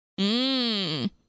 Mmm